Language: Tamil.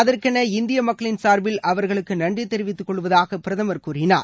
அதற்கென இந்திய மக்களின் சார்பில் அவர்களுக்கு நன்றி தெரிவித்துக் கொள்வதாக பிரதமர் கூறினார்